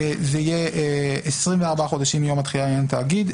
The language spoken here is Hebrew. זה יהיה 24 חודשים מיום התחילה לעניין תאגיד,